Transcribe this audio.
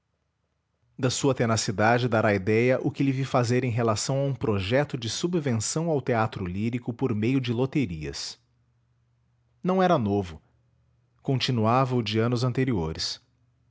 da sua tenacidade dará idéia o que lhe vi fazer em relação a um projeto de subvenção ao teatro lírico por meio de loterias não era novo continuava o de anos anteriores